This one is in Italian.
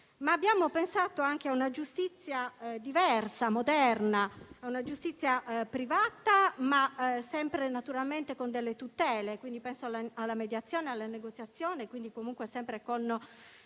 Abbiamo pensato però anche ad una giustizia diversa, moderna, una giustizia privata, ma sempre naturalmente con delle tutele; penso alla mediazione, alla negoziazione, sempre con